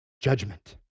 judgment